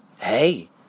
hey